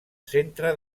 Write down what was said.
centre